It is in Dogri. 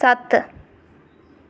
सत्त